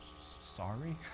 sorry